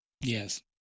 Yes